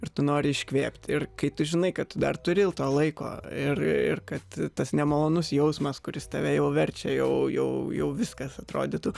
ir tu nori iškvėpti ir kai tu žinai kad tu dar turi to laiko ir ir kad tas nemalonus jausmas kuris tave jau verčia jau jau jau viskas atrodytų